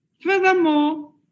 Furthermore